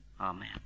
Amen